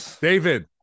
david